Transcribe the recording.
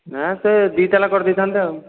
ହଁ ସେ ଦୁଇ ତାଲା କରିଦେଇଥାନ୍ତେ ଆଉ